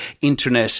internet